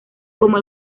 como